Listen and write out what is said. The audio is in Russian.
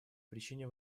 причине